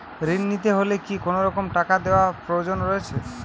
ঋণ নিতে হলে কি কোনরকম টাকা দেওয়ার প্রয়োজন রয়েছে?